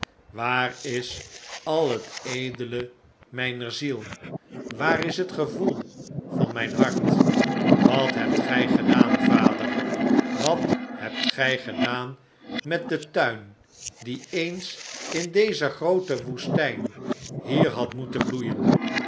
waar is al het edele mijner ziel waar is het gevoel van mijn hart wat hebt gij gedaan vader wat hebt gij gedaan met den tuin die eens in deze groote woestijn hier had moeten bloeien